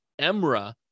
EMRA